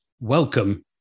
Welcome